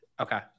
Okay